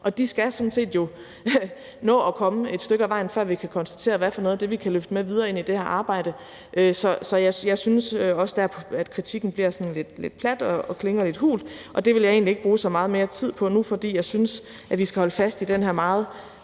og de skal jo sådan set nå at komme et stykke ad vejen, før vi kan konstatere, hvad for noget af det vi kan løfte med videre ind i det her arbejde. Så jeg synes også dér, at kritikken bliver sådan lidt plat og klinger lidt hult, og det vil jeg egentlig ikke bruge så meget mere tid på nu, for jeg synes, at vi skal holde fast i den her meget